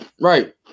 Right